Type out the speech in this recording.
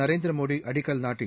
நரேந்திரமோடி அடிக்கல் நாட்டி